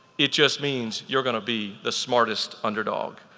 it just means you're gonna be the smartest underdog.